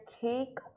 cake